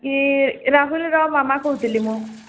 କି ରାହୁଲର ମାମା କହୁଥିଲି ମୁଁ